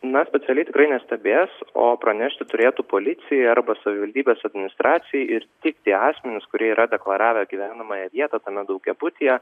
na specialiai tikrai nestebės o pranešti turėtų policijai arba savivaldybės administracijai ir tik tie asmenys kurie yra deklaravę gyvenamąją vietą tame daugiabutyje